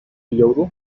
yodel